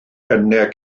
pennau